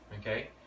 Okay